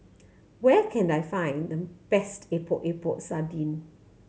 where can I find the best Epok Epok Sardin